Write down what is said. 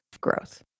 growth